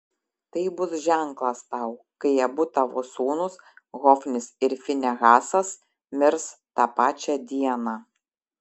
tai bus ženklas tau kai abu tavo sūnūs hofnis ir finehasas mirs tą pačią dieną